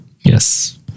Yes